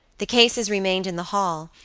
the cases remained in the hall,